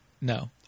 No